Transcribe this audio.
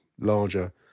larger